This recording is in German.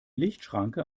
lichtschranke